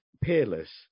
peerless